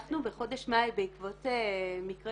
אנחנו בחודש מאי בעקבות מקרה